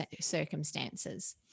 circumstances